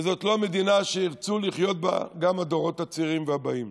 וזאת לא מדינה שירצו לחיות בה גם הדורות הצעירים והבאים.